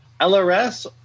LRS